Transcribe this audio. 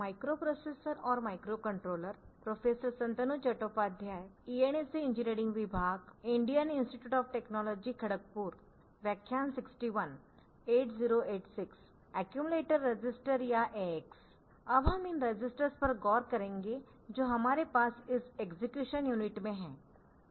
अब हम इन रजिस्टर्स पर गौर करेंगे जो हमारे पास इस एक्सेक्युशन यूनिट में है